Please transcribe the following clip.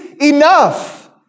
enough